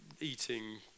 eating